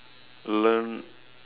learn